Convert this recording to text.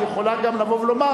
היא יכולה גם לבוא ולומר